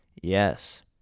Yes